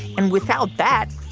and without that,